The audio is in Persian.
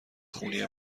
خونی